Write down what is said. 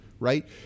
Right